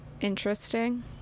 interesting